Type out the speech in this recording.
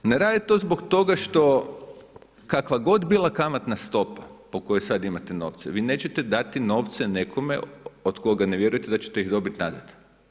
Ne rade to zbog toga što kakva god bila kamatna stopa po kojoj sad imate novce, vi nećete dati novce nekome od koga ne vjerujete da ćete ih dobiti nazad.